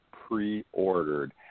pre-ordered